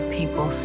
people